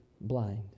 blind